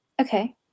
okay